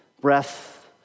breath